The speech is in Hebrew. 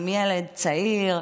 עם ילד צעיר,